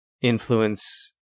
influence